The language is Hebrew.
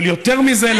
אבל יותר מזה,